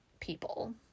people